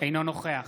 אינו נוכח